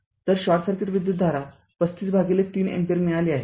तर short circuit विद्युतधारा ३५ भागिले ३ अँपिअर मिळाली आहे